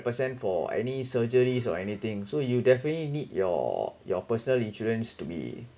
percent for any surgeries or anything so you definitely need your your personal insurance to be